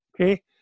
Okay